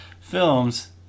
films